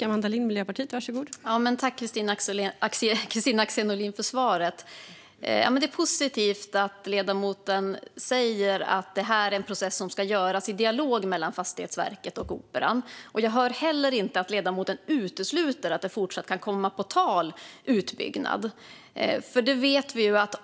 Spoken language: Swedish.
Fru talman! Jag tackar Kristina Axén Olin för svaret. Det är positivt att ledamoten säger att det här är en process som ska ske i dialog mellan Fastighetsverket och Operan. Jag hör inte heller att ledamoten utesluter att det kan bli en utbyggnad.